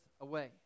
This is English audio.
away